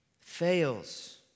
fails